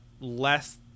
less